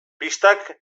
pistak